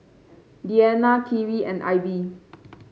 Deanna Kyree and Ivey